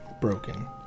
broken